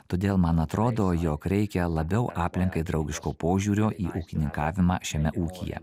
todėl man atrodo jog reikia labiau aplinkai draugiško požiūrio į ūkininkavimą šiame ūkyje